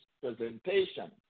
presentation